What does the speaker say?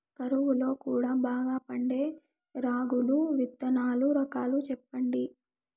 కరువు లో కూడా బాగా పండే రాగులు విత్తనాలు రకాలు చెప్పండి?